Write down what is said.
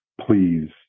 please